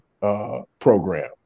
program